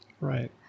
Right